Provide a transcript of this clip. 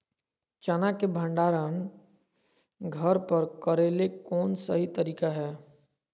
चना के भंडारण घर पर करेले कौन सही तरीका है?